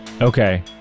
Okay